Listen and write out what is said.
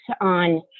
on